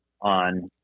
on